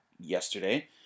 yesterday